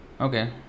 okay